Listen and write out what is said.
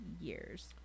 years